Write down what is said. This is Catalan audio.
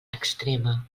extrema